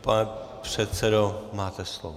Pane předsedo, máte slovo.